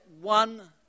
one